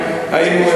הממשלה